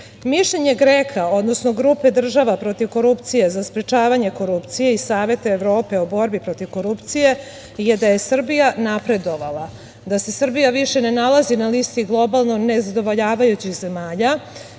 pravosuđe. Mišljenje GREKA, odnosno grupe država protiv korupcije, za sprečavanje korupcije i Saveta Evrope o borbi protiv korupcije je da je Srbija napredovala, da se Srbija više ne nalazi na listi globalno nezadovoljavajućih zemalja